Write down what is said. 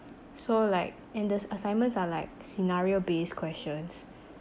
so like and the as~ assignments are like scenario-based questions